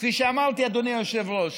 כפי שאמרתי, אדוני היושב-ראש,